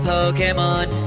Pokemon